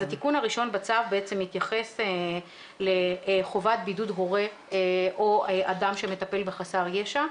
התיקון הראשון בצו בעצם מתייחס לחובת בידוד הורה או אדם שמטפל בחסר ישע.